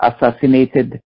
assassinated